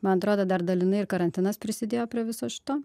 man atrodo dar dalinai ir karantinas prisidėjo prie viso šito